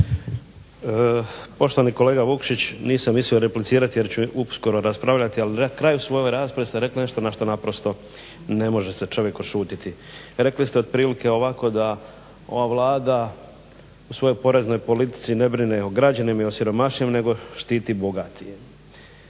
Poštovani kolega Vukšić nisam mislio replicirati jer ću uskoro raspravljati, ali na kraju svoje rasprave ste rekli nešto na što naprosto ne može čovjek odšutjeti. Rekli ste otprilike ovako da ova Vlada u svojoj poreznoj politici ne brine o građanima i o siromašnijima nego štiti bogatije.